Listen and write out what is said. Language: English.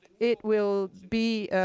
it will be